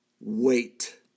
Wait